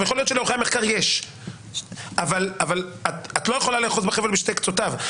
יכול להיות שלעורכי המחקר יש אבל את לא יכולה לאחוז בחבל בשתי קצותיו.